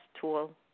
tool